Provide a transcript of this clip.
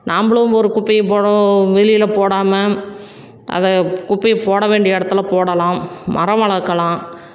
நாம்பளும் ஒரு குப்பையை போட வெளியில் போடாமல் அதை குப்பையை போட வேண்டிய இடத்துல போடலாம் மரம் வளர்க்கலாம்